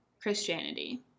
Christianity